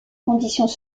conditions